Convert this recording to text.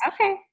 Okay